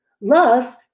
Love